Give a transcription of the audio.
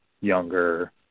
younger